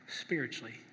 spiritually